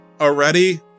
already